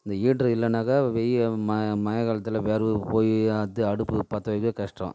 இந்த ஹீட்ரு இல்லைனாக்க வெயில் மழை காலத்தில் வெறகுக்குப் போய் அது அடுப்பு பற்ற வைக்க கஷ்டம்